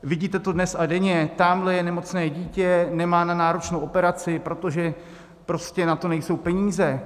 Vidíte to dnes a denně, tamhle je nějaké nemocné dítě, nemá na náročnou operaci, protože prostě na to nejsou peníze.